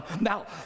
Now